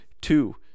two